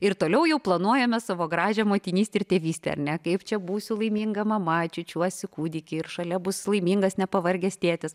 ir toliau jau planuojame savo gražią motinystę ir tėvystę ar ne kaip čia būsiu laiminga mama čiūčiuosiu kūdikį ir šalia bus laimingas nepavargęs tėtis